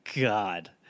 God